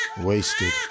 wasted